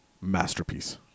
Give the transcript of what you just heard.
Masterpiece